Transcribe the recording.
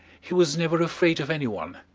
he was never afraid of any one,